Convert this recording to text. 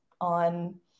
on